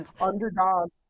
underdog